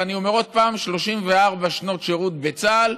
ואני אומר עוד פעם: 34 שנות שירות בצה"ל,